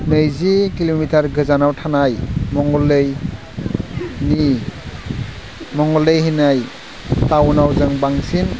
नैजि किल'मिटार गोजानाव थानाय मंगलदै होननाय टाउनाव जों बांसिन